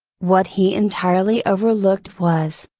what he entirely overlooked was,